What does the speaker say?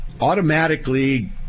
Automatically